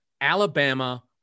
Alabama